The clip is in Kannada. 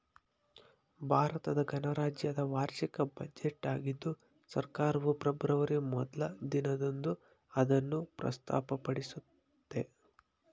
ಭಾರತ ಗಣರಾಜ್ಯದ ವಾರ್ಷಿಕ ಬಜೆಟ್ ಆಗಿದ್ದು ಸರ್ಕಾರವು ಫೆಬ್ರವರಿ ಮೊದ್ಲ ದಿನದಂದು ಅದನ್ನು ಪ್ರಸ್ತುತಪಡಿಸುತ್ತೆ